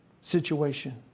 situation